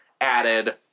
added